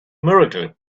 miracle